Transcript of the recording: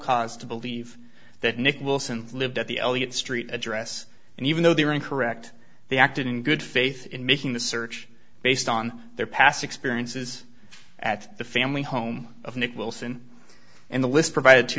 cause to believe that nick wilson lived at the elliot street address and even though they were incorrect they acted in good faith in making the search based on their past experiences at the family home of nicholson and the list provided to